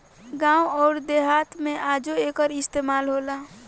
गावं अउर देहात मे आजो एकर इस्तमाल होला